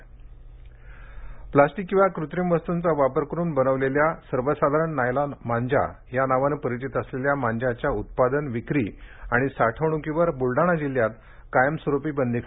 मांजा बंदी प्लास्टिक किंवा कृत्रिम वस्तूंचा वापर करून बनवलेल्या सर्वसाधारण नायलॉन मांजा या नावाने परिचित असलेल्या मांजाच्या उत्पादन विक्री आणि साठवणूकीवर बुलडाणा जिल्ह्यात कायमस्वरूपी बंदी घालण्यात आली आहे